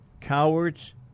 cowards